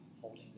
holding